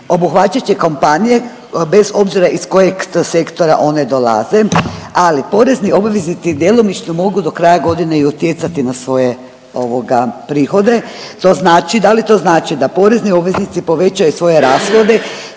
Obuhvaćat će kompanije bez obzira iz kojeg sektora one dolaze, ali porezni obveznici djelomično mogu do kraja godine utjecati na svoje ovoga, prihoda, to znači, da li to znači da porezni obveznici povećaju svoje rashode